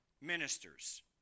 ministers